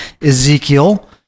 Ezekiel